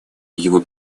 его